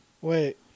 Wait